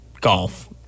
golf